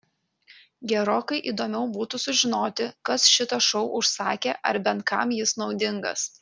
gerokai įdomiau būtų sužinoti kas šitą šou užsakė ar bent kam jis naudingas